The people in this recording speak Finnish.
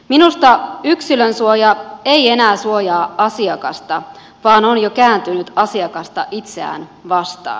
minusta yksilön suoja ei enää suojaa asiakasta vaan on jo kääntynyt asiakasta itseään vastaan